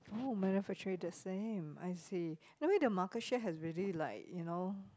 oh manufacturing the same I see anyway the market share has really like you know